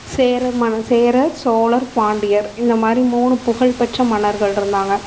சேர மன்ன சேரர் சோழர் பாண்டியர் இந்தமாதிரி மூணு புகழ்பெற்ற மன்னர்கள் இருந்தாங்க